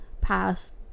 passed